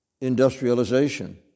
industrialization